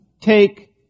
take